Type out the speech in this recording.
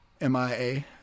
MIA